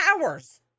hours